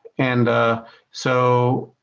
and so